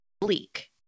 bleak